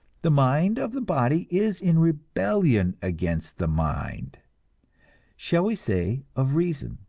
the mind of the body is in rebellion against the mind shall we say of reason,